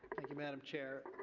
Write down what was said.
thank you, madam chair.